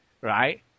right